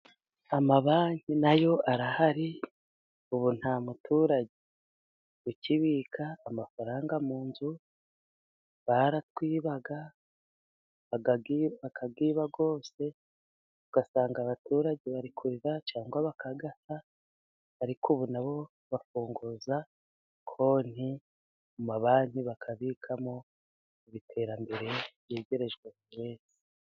Amabanki nayo arahari, ubu nta muturage ukibika amafaranga mu nzu, baratwibaga, bakayiba yose, ugasanga abaturage bari kurira, cyangwa bakayata, ariko ubu nabo bafunguza konti mu mabanki bakabikamo, iterambere ryegerejwe buri wese.